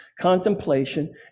contemplation